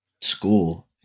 school